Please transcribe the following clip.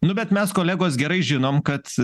nu bet mes kolegos gerai žinom kad